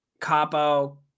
Capo